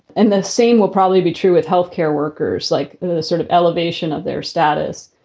and the same will probably be true with health care workers like the sort of elevation of their status.